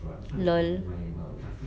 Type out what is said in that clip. lol